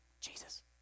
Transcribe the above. Jesus